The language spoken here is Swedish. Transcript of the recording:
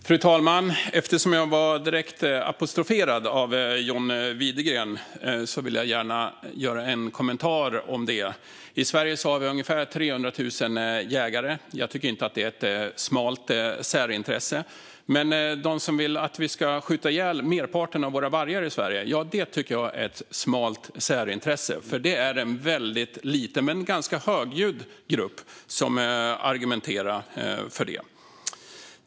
Fru talman! Eftersom jag var direkt apostroferad av John Widegren vill jag gärna göra en kommentar om det. I Sverige har vi ungefär 300 000 jägare. Jag tycker inte att det är ett smalt särintresse. Men de som vill att vi ska skjuta ihjäl merparten av våra vargar i Sverige tycker jag har ett smalt särintresse. Det är en väldigt liten men ganska högljudd grupp som argumenterar för det.